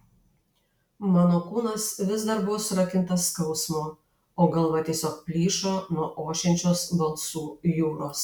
mano kūnas vis dar buvo surakintas skausmo o galva tiesiog plyšo nuo ošiančios balsų jūros